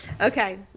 Okay